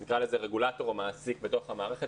נקרא לזה, רגולטור או מעסיק בתוך המערכת.